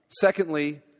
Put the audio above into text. Secondly